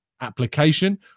application